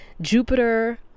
Jupiter